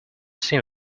seem